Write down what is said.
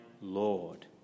Lord